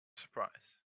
surprise